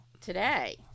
today